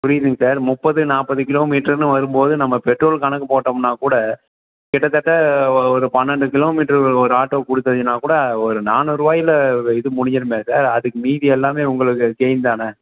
புரியுதுங்க சார் முப்பது நாற்பது கிலோ மீட்டர்ன்னு வரும்போது நம்ம பெட்ரோல் கணக்கு போட்டோம்னா கூட கிட்டத்தட்ட ஒரு ஒரு பன்னெண்டு கிலோமீட்டர் ஒரு ஆட்டோவுக்கு கொடுத்தீங்கன்னா கூட ஒரு நானூறுவாய்ல இது முடிஞ்சிருமே சார் அதுக்கு மீதி எல்லாமே உங்களுக்கு கெயின் தானே